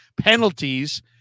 penalties